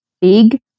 big